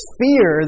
fear